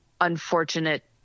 unfortunate